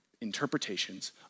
interpretations